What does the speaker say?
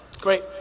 Great